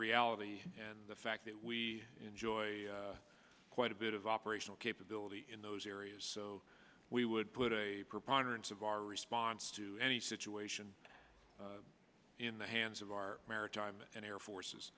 reality and the fact that we enjoy quite a bit of operational capability in those areas so we would put a preponderance of our response to any situation in the hands of our maritime and air force